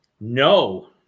No